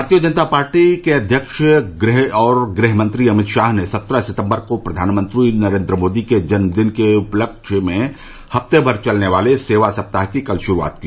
भारतीय जनता पार्टी अध्यक्ष और गृह मंत्री अमित शाह ने सत्रह सितम्बर को प्रधानमंत्री नरेन्द्र मोदी के जन्मदिन के उपलक्ष्य में हफूते भर चलने वाले सेवा सप्ताह की कल शुरुआत की